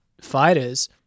fighters